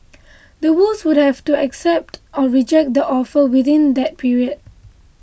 the Woos would have to accept or reject the offer within that period